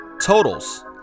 totals